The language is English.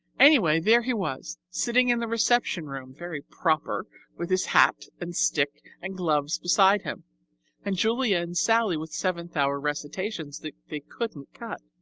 anyway, there he was, sitting in the reception room very proper with his hat and stick and gloves beside him and julia and sallie with seventh-hour recitations that they couldn't cut.